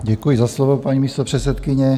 Děkuji za slovo, paní místopředsedkyně.